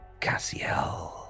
Cassiel